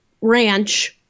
ranch